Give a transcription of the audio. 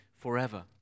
Forever